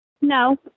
No